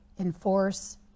Enforce